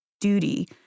duty